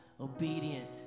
obedient